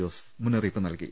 ജോസ് മുന്നറിയിപ്പ് നൽകി